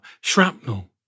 shrapnel